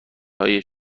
های